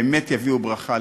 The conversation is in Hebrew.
באמת יביאו ברכה לפה.